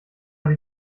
habe